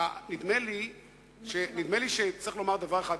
נדמה לי שצריך לומר דבר אחד.